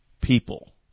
people